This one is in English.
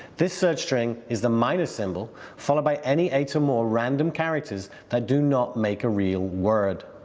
this search string is the minus symbol followed by any item or random characters that do not make a real word.